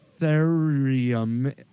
Ethereum